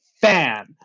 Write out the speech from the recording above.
fan